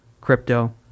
crypto